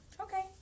Okay